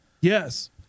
yes